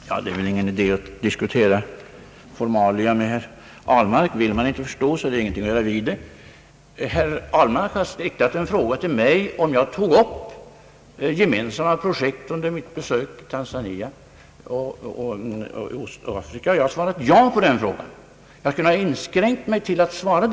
Herr talman! Det är väl ingen idé att diskutera formalia med herr Ahlmark. Vill man inte förstå, så är det ingenting att göra åt det. Herr Ahlmark har frågat mig om jag tog upp gemensamma projekt under mitt besök i Tanzania och Östafrika, och jag har svarat ja på den frågan. Jag kunde ha inskränkt mig till det svaret.